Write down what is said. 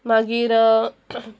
मागीर